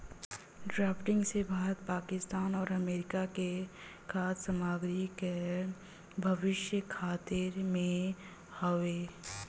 drafting से भारत पाकिस्तान आउर America क खाद्य सामग्री क भविष्य खतरे में हउवे